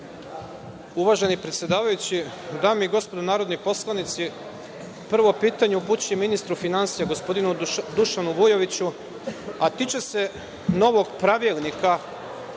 Uvaženi predsedavajući, dame i gospodo narodni poslanici, prvo pitanje upućujem ministru finansija, gospodinu Dušanu Vujoviću, a tiče se novog pravilnika